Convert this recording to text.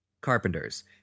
carpenters